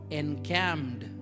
encamped